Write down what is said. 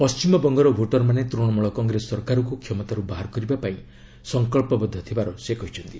ପଣ୍ଟିମବଙ୍ଗର ଭୋଟର୍ମାନେ ତୃଶମୂଳ କଂଗ୍ରେସ ସରକାରକୁ କ୍ଷମତାରୁ ବାହାର କରିବାପାଇଁ ସଂକଳ୍ପବଦ୍ଧ ବୋଲି ସେ କହିଛନ୍ତି